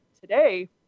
today